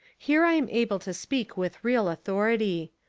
here i am able to speak with real authority.